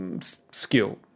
skill